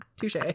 touche